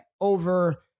over